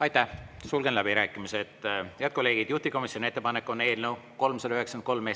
Aitäh! Sulgen läbirääkimised. Head kolleegid! Juhtivkomisjoni ettepanek on eelnõu 393